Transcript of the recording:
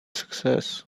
success